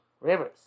rivers